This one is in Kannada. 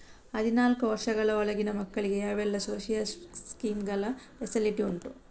ಹದಿನಾಲ್ಕು ವರ್ಷದ ಒಳಗಿನ ಮಕ್ಕಳಿಗೆ ಯಾವೆಲ್ಲ ಸೋಶಿಯಲ್ ಸ್ಕೀಂಗಳ ಫೆಸಿಲಿಟಿ ಉಂಟು?